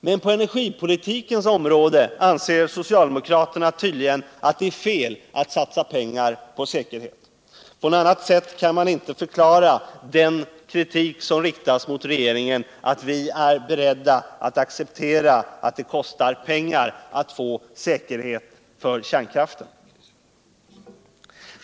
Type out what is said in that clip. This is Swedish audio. Men på energipolitikens område anser socialdemokraterna tydligen att det är fel att satsa pengar på säkerhet — på något annat sätt kan man inte förklara den kritik som riktas mot regeringen för att man är beredd att acceptera att det kostar pengar att få säkerhet för kärnkraften.